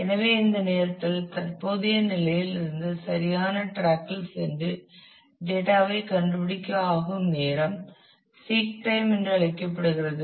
எனவே இந்த நேரத்தில் தற்போதைய நிலையில் இருந்து சரியான ட்ராக்கில் சென்று டேட்டா ஐ கண்டுபிடிக்க ஆகும் நேரம் சீக் டைம் என்று அழைக்கப்படுகிறது